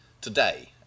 today